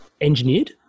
engineered